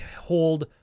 hold